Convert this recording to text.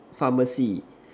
pharmacy